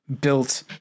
built